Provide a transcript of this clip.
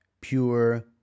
pure